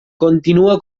continua